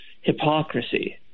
hypocrisy